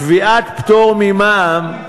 קביעת פטור ממע"מ,